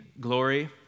glory